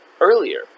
earlier